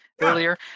Earlier